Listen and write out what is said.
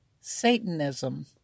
Satanism